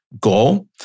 goal